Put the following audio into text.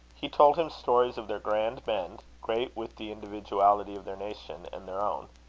he told him stories of their grand men, great with the individuality of their nation and their own.